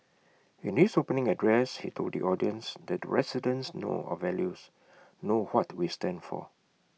in his opening address he told the audience that the residents know our values know what we stand for